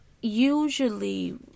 usually